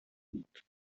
بود